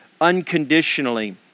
unconditionally